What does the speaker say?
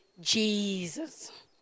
Jesus